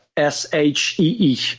s-h-e-e